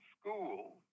school